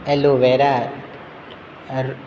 aloe vera